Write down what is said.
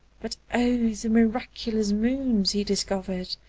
but o! the miraculous moons he discovered,